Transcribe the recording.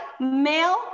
male